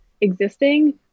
existing